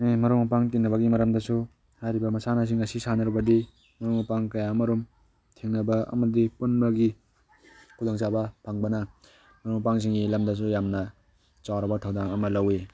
ꯍꯦ ꯃꯔꯨꯞ ꯃꯄꯥꯡ ꯇꯤꯟꯅꯕꯒꯤ ꯃꯔꯝꯗꯁꯨ ꯍꯥꯏꯔꯤꯕ ꯃꯁꯥꯟꯅꯁꯤꯡ ꯑꯁꯤ ꯁꯥꯟꯅꯔꯕꯗꯤ ꯃꯔꯨꯞ ꯃꯄꯥꯡ ꯀꯌꯥ ꯑꯃꯔꯣꯝ ꯊꯦꯡꯅꯕ ꯑꯃꯗꯤ ꯄꯨꯟꯕꯒꯤ ꯈꯨꯗꯣꯡꯆꯥꯕ ꯐꯪꯕꯅ ꯃꯔꯨꯞ ꯃꯄꯥꯡꯁꯤꯡꯒꯤ ꯂꯝꯗꯁꯨ ꯌꯥꯝꯅ ꯆꯥꯎꯔꯕ ꯊꯧꯗꯥꯡ ꯑꯃ ꯂꯧꯋꯤ